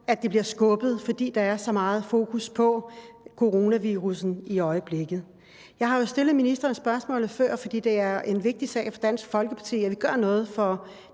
at det bliver skubbet, fordi der er så meget fokus på coronavirusset i øjeblikket. Jeg har jo stillet ministeren spørgsmålet før, fordi det er en vigtig sag for Dansk Folkeparti, at vi gør noget for